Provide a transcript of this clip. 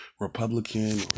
Republican